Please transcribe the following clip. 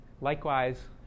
Likewise